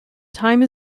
time